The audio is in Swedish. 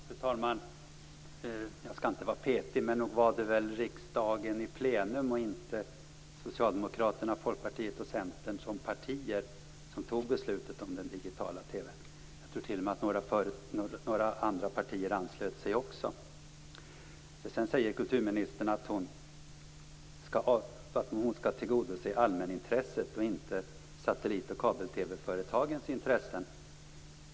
Fru talman! Jag skall inte vara petig. Men nog var det väl riksdagen i plenum och inte Socialdemokraterna, Folkpartiet och Centern som partier som fattade beslutet om den digitala TV:n? Jag har för mig att några andra partier också anslöt sig. Sedan säger kulturministern att hon skall tillgodose allmänintresset och inte satellit och kabel-TV företagens intressen.